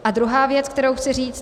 A druhá věc, kterou chci říct.